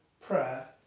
prayer